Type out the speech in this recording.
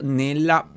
nella